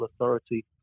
authority